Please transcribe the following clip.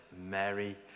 Mary